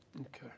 Okay